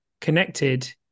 connected